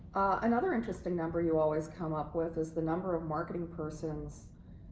another interesting number you always come up with is the number of marketing persons